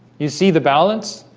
you see the balance